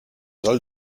soll